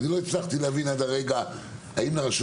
אני לא הצלחתי להבין עד הרגע האם לרשות